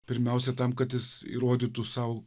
pirmiausia tam kad jis įrodytų sau